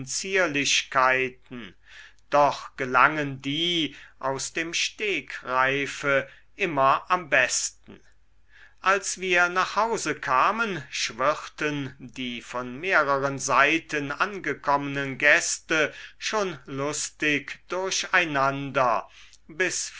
zierlichkeiten doch gelangen die aus dem stegreife immer am besten als wir nach hause kamen schwirrten die von mehreren seiten angekommenen gäste schon lustig durch einander bis